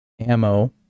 ammo